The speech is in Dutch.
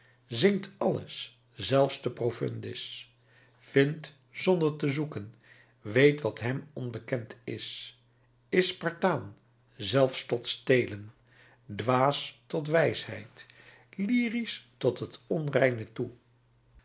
zingt alles zelfs de profundis vindt zonder te zoeken weet wat hem onbekend is is spartaan zelfs tot stelen dwaas tot wijsheid lyrisch tot het onreine toe